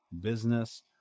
business